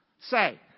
Say